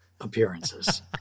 appearances